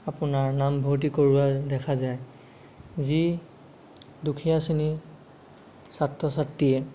আপোনাৰ নামভৰ্তি কৰোঁৱা দেখা যায় যি দুখীয়া শ্ৰেণীৰ ছাত্ৰ ছাত্ৰীয়ে